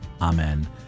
Amen